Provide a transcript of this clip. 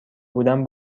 بودم